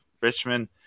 richmond